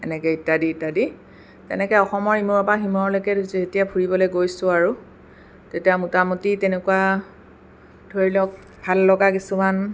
এনেকৈ ইত্যাদি ইত্যাদি তেনেকৈ অসমৰ ইমূৰৰ পৰা সিমূৰলৈকে যেতিয়া ফুৰিবলৈ গৈছোঁ আৰু তেতিয়া মোটামুটি তেনেকুৱা ধৰিলওঁক ভাল লগা কিছুমান